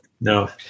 No